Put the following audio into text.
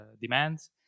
demands